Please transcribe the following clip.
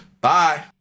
bye